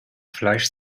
fleisch